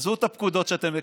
עזבו את הפקודות שאתם מקבלים.